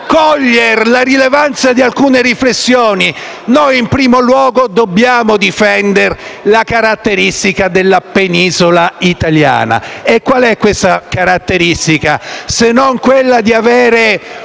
la rilevanza di alcune riflessioni, in primo luogo dobbiamo difendere la caratteristica della penisola italiana. E la caratteristica non è altro che avere